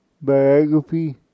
biography